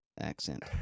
accent